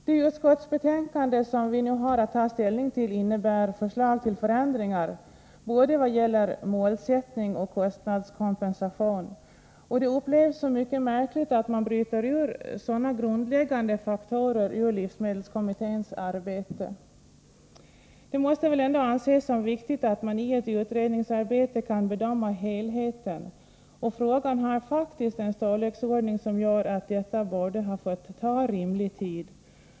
Det utskottsbetänkande som vi nu har att ta ställning till innebär förslag till förändringar i vad gäller både målsättning och kostnadskompensation, och det upplevs som mycket märkligt att man bryter ut sådana grundläggande faktorer ur livsmedelskommitténs arbete. Det måste väl ändå anses som viktigt att man i ett utredningsarbete kan bedöma helheten, och frågan har faktiskt en storleksordning som gör att detta borde ha fått ta rimlig tid.